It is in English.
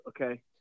okay